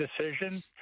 decision